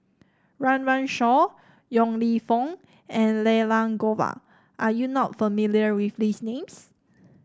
Run Run Shaw Yong Lew Foong and Elangovan are you not familiar with these names